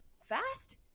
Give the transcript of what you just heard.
fast